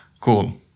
cool